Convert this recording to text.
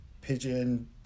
pigeon